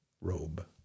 robe